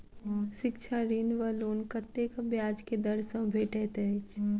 शिक्षा ऋण वा लोन कतेक ब्याज केँ दर सँ भेटैत अछि?